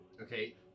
Okay